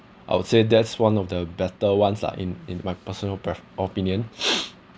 I would say that's one of the better ones lah in in my personal pref~ opinion